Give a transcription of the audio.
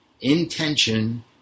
intention